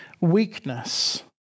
weakness